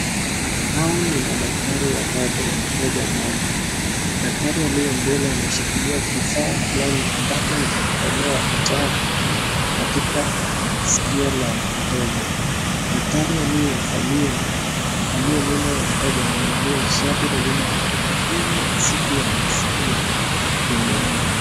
Hawa ni madaktari watatu na mteja mmoja. Daktari aliye mbele ameshikilia kifaa fulani ambacho ni cha kutolea uchafu katika sikio la mteja. Daktari aliye nyuma ya mteja amevalia shati lililoandikwa "Hii ni siku ya masikio duniani."